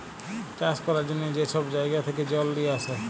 চাষ ক্যরার জ্যনহে যে ছব জাইগা থ্যাকে জল লিঁয়ে আসে